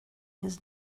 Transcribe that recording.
his